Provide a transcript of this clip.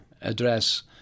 address